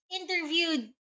interviewed